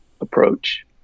approach